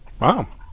Wow